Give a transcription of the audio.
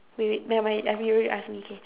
wait wait never mind I've already asked me okay